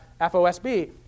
FOSB